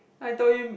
then I told him